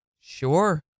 sure